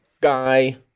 guy